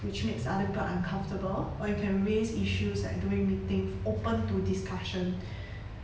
which makes other people uncomfortable or you can raise issues like during meetings open to discussion